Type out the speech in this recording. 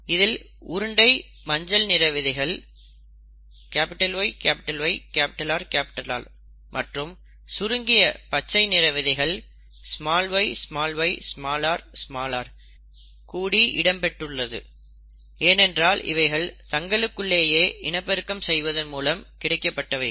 இதில் உருண்டை மஞ்சள் நிற விதைகள் YYRR மற்றும் சுருங்கிய பச்சை நிற விதைகள் yyrr என்றும் குடி இடப்பட்டுள்ளது ஏனென்றால் இவைகள் தங்களின் அதுக்குள்ளேயே இனப்பெருக்கம் செய்வதன் மூலம் கிடைக்கப்பட்டவைகள்